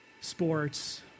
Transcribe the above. sports